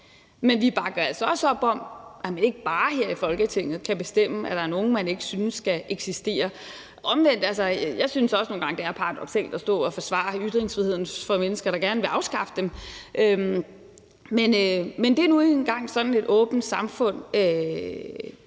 Men vi bakker altså også op om, at man ikke bare her i Folketinget kan bestemme, at der er nogen, man ikke synes skal eksistere. Omvendt synes jeg altså også nogle gange, det er paradoksalt at stå og forsvare ytringsfriheden for mennesker, der gerne vil afskaffe den, men det er nu engang sådan, et åbent samfund